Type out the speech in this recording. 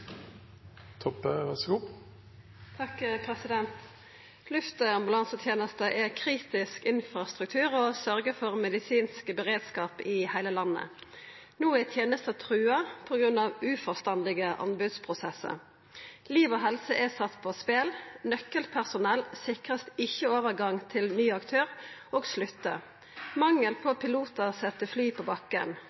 uforstandige anbudsprosesser. Liv og helse er satt på spill. Nøkkelpersonell sikres ikke overgang til ny aktør, og slutter. Mangel på piloter setter fly på bakken.